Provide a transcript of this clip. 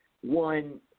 One